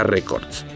Records